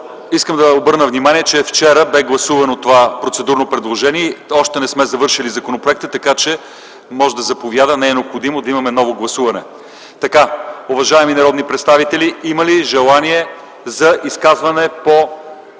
ЛЪЧЕЗАР ИВАНОВ: Вчера беше гласувано това процедурно предложение. Още не сме завършили законопроекта, така че може да заповяда, не е необходимо да имаме ново гласуване. Уважаеми народни представители, има ли желаещи за изказвания по